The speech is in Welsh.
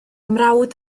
mrawd